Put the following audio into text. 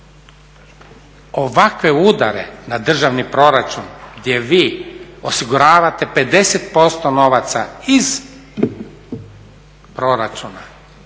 Ovakve udare na državni proračun gdje vi osiguravate 50% novaca iz proračuna